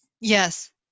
Yes